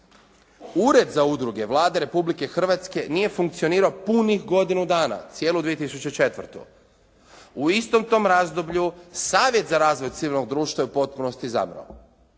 Ured za udruge Vlade Republike Hrvatske nije funkcionirao punih godinu dana, cijelu 2004. U istom tom razdoblju savjet za razvoj civilnog društva je u potpunosti izbrao.